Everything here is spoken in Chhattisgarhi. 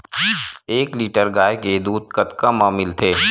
एक लीटर गाय के दुध कतका म मिलथे?